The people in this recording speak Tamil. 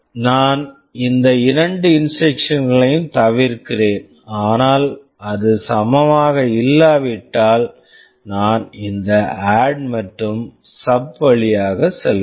நான் இந்த இரண்டு இன்ஸ்ட்ரக்க்ஷன்ஸ் instructions களையும் தவிர்க்கிறேன் ஆனால் அது சமமாக இல்லாவிட்டால் நான் இந்த ஆட் ADD மற்றும் சப் SUB வழியாக செல்கிறேன்